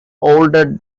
older